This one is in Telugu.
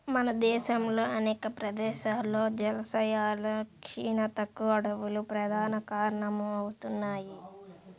మన దేశంలో అనేక ప్రదేశాల్లో జలాశయాల క్షీణతకు అడవులు ప్రధాన కారణమవుతున్నాయి